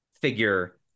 figure